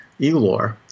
Elor